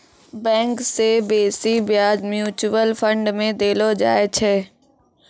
bank से बेसी ब्याज म्यूचुअल फंड मे देलो जाय छै